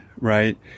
right